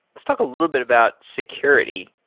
let's talk a little bit about security.